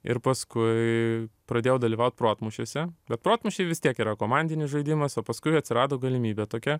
ir paskui pradėjau dalyvaut protmūšiuose bet protmūšiai vis tiek yra komandinis žaidimas o paskui atsirado galimybė tokia